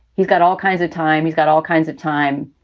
he's got all kinds of time. he's got all kinds of time,